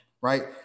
right